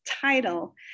title